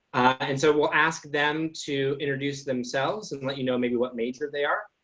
and so we'll ask them to introduce themselves and let you know maybe what major they are.